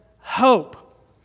hope